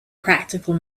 practical